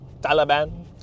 Taliban